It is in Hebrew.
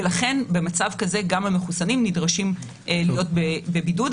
ולכן במצב כזה גם המחוסנים נדרשים להיות בבידוד.